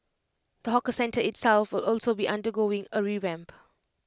the hawker centre itself will also be undergoing A revamp